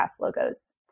logos